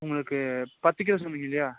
உங்களுக்கு பத்து கிலோ சொன்னீங்க இல்லையா